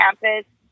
campus